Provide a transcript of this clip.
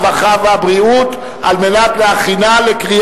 הרווחה והבריאות נתקבלה.